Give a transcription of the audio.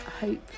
hope